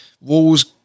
walls